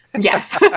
Yes